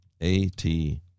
A-T